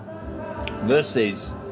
versus